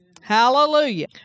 Hallelujah